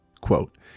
Quote